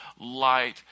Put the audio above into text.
light